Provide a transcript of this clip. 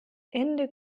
ende